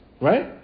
Right